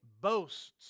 boasts